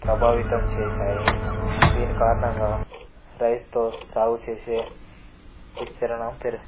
ప్రభావితం చేశాయి దీని కారణంగా రైస్తో సాగు చేసే విశ్రణం పెరుగుతు